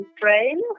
train